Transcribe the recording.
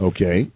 Okay